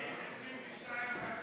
22 37,